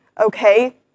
okay